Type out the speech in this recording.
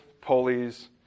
pulleys